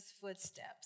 footsteps